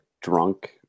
drunk